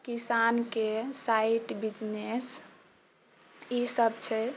किसानके side business ई सब छै